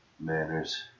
Manners